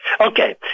Okay